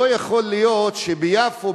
לא יכול להיות שביפו,